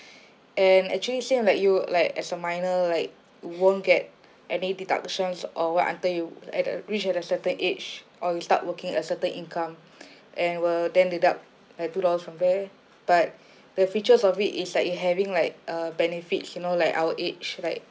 and actually same like you like as a minor like won't get any deductions or what until you at a reach at a certain age or you start working a certain income and will then deduct like two dollars from there but the features of it is like you having like uh benefits you know like our age like